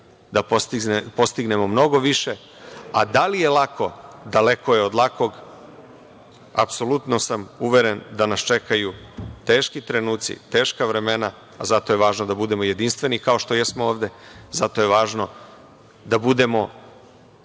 da postignemo mnogo više. Da li je lako? Daleko je od lakog. Apsolutno sam uveren da nas čekaju teški trenuci, teška vremena. Zato je važno da budemo jedinstveni, kao što jesmo ovde. Zato je važno da budemo